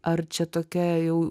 ar čia tokia jau